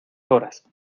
horas